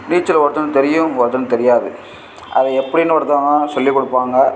நீச்சல் ஒருத்தனுக்கு தெரியும் ஒருத்தனுக்கு தெரியாது அதை எப்படின்னு ஒருத்தவங்க சொல்லி கொடுப்பாங்க